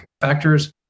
factors